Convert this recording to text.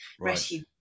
rescue